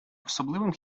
особливим